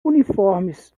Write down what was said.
uniformes